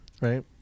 right